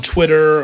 Twitter